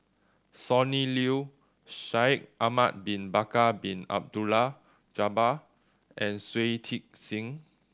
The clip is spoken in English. Sonny Liew Shaikh Ahmad Bin Bakar Bin Abdullah Jabbar and Shui Tit Sing